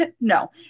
No